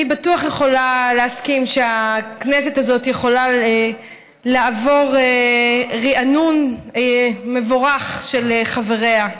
אני בטוח יכולה להסכים שהכנסת הזאת יכולה לעבור רענון מבורך של חבריה,